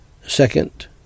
Second